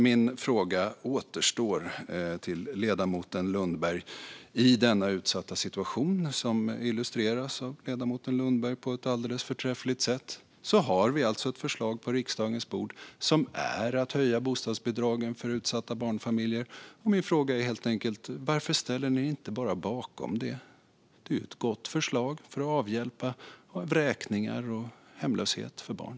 Min fråga till ledamoten Lundberg kvarstår: I denna utsatta situation för barnfamiljer, som illustreras av ledamoten Lundberg på ett alldeles förträffligt sätt, har vi alltså ett förslag på riksdagens bord som är att höja bostadsbidragen för dessa barnfamiljer. Min fråga är helt enkelt varför Sverigedemokraterna inte bara ställer sig bakom det. Det är ju ett gott förslag för att avhjälpa vräkningar och hemlöshet för barn.